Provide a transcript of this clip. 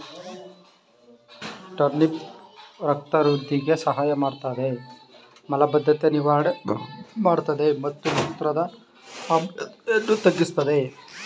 turnip ರಕ್ತ ವೃಧಿಗೆ ಸಹಾಯಮಾಡ್ತದೆ ಮಲಬದ್ಧತೆ ನಿವಾರಣೆ ಮಾಡ್ತದೆ ಮತ್ತು ಮೂತ್ರದ ಆಮ್ಲೀಯತೆಯನ್ನು ತಗ್ಗಿಸ್ತದೆ